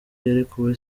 yarekuwe